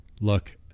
Look